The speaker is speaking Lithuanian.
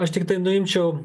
aš tiktai nuimčiau